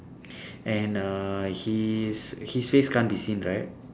and uh his his face can't be seen right